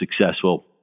successful